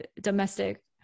domestic